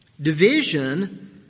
Division